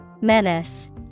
Menace